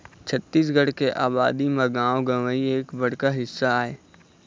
छत्तीसगढ़ के अबादी म गाँव गंवई एक बड़का हिस्सा आय